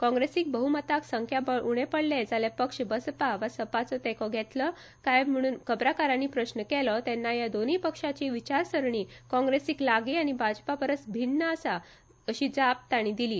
काँग्रेसीक बहमताक संख्याबळ उणे पडले जाल्यार पक्ष बसपा वा सपाचो तेंको घेतलो काय म्हण खबराकारांनी प्रस्न केलो तेन्ना ह्या दोनूंय पक्षाची विचारसरणी काँग्रेसीक लागी आनी भाजपा परस भिन्न अशीं जाप तांणी दिली